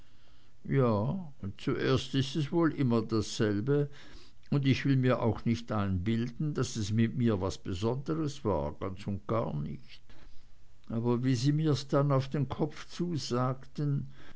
ja zuerst is es wohl immer dasselbe und ich will mir auch nicht einbilden daß es mit mir was besonderes war ganz und gar nicht aber wie sie's mir dann auf den kopf zusagten